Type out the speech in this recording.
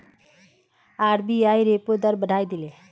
RBI repo दर बढ़ाए दिले